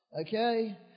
Okay